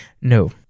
No